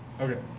Okay